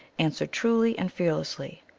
answered truly and fearlessly,